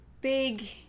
big